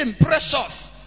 precious